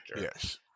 Yes